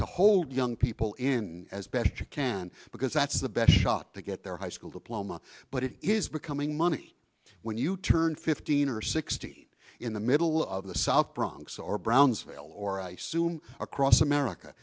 to hold young people in as best you can because that's the best shot to get their high school diploma but it is becoming money when you turn fifteen or sixteen in the middle of the south bronx or brownsville or i soon across america